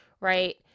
right